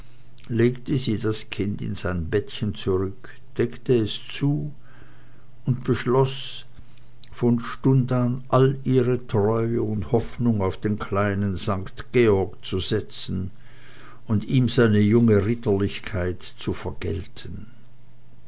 legte sie das kind in sein bettchen zurück deckte es zu und beschloß von stund an alle ihre treue und hoffnung auf den kleinen sankt georg zu setzen und ihm seine junge ritterlichkeit zu vergelten